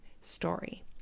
story